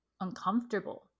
uncomfortable